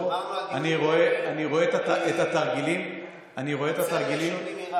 בוא, שמרנו על דיון נקי, אני נוצר לשוני מרע.